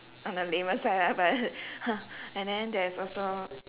on the lamer side lah but and then there's also